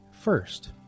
first